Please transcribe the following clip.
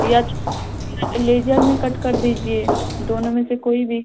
या लेजर में कट कर दीजिए दोनों में से कोई भी